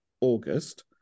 august